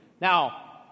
Now